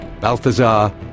Balthazar